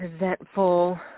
resentful